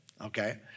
Okay